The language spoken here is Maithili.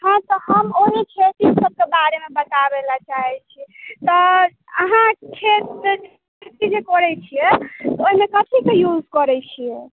हँ तऽ हम ओ खेती सबके बारेमे बताबै लै चाहै छियै तऽ अहाँ खेतमे खेती जे करै छियै ओहिमे कथीके यूज करै छियै